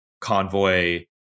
Convoy